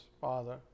Father